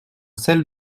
celle